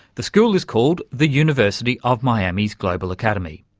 the school is called the university of miami's global academy,